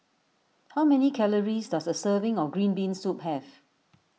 how many calories does a serving of Green Bean Soup have